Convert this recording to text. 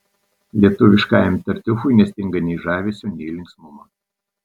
lietuviškajam tartiufui nestinga nei žavesio nei linksmumo